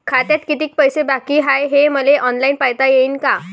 खात्यात कितीक पैसे बाकी हाय हे मले ऑनलाईन पायता येईन का?